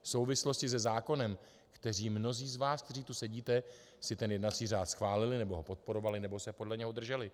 V souvislosti se zákonem, kteří mnozí z vás, kteří tu sedíte, jste si ten jednací řád schválili nebo ho podporovali nebo se podle něho drželi.